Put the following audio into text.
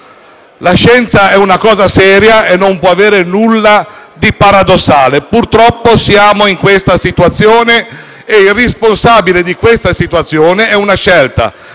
La scienza è una cosa seria e non può avere nulla di paradossale. Purtroppo siamo in questa situazione e ne è responsabile una scelta,